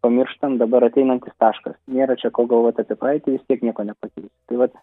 pamirštam dabar ateinantis taškas nėra čia ko galvot apie praeitį vis tiek nieko nepakeisi tai vat